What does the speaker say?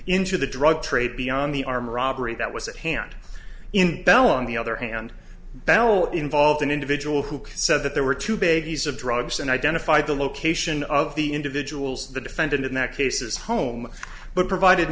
into the drug trade beyond the arm robbery that was at hand in bell on the the other hand bell involved an individual who said that there were two babies of drugs and identified the location of the individuals the defendant in that case is home but provided